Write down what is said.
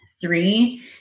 three